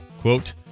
quote